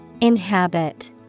Inhabit